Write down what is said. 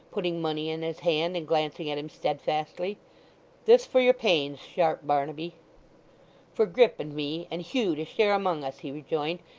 putting money in his hand, and glancing at him steadfastly this for your pains, sharp barnaby for grip, and me, and hugh, to share among us he rejoined,